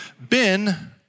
Ben